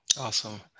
Awesome